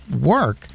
work